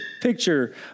picture